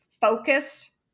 focus